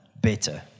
better